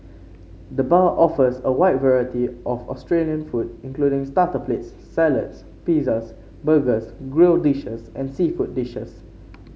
the bar offers a wide variety of Australian food including starter plates salads pizzas burgers grill dishes and seafood dishes